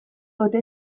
ote